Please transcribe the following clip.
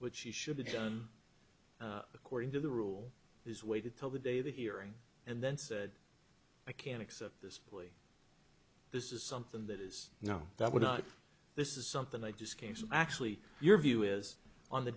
which she should have been according to the rule is waited till the day the hearing and then said i can accept this this is something that is you know that would not this is something like this case actually your view is on the